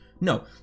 No